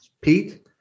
Pete